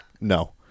No